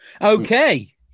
Okay